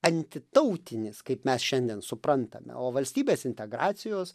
antitautinis kaip mes šiandien suprantame o valstybės integracijos